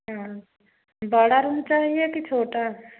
हाँ बड़ा रूम चाहिए कि छोटा